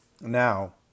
Now